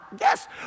Yes